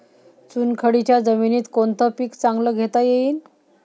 चुनखडीच्या जमीनीत कोनतं पीक चांगलं घेता येईन?